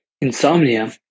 Insomnia